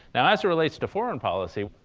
now, as it relates to foreign policy,